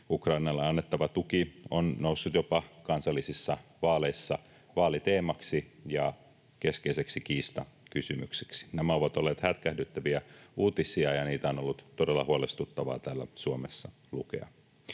Ukrainalle annettava tuki on noussut jopa kansallisissa vaaleissa vaaliteemaksi ja keskeiseksi kiistakysymykseksi. Nämä ovat olleet hätkähdyttäviä uutisia, ja niitä on ollut todella huolestuttavaa täällä Suomessa lukea.